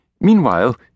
Meanwhile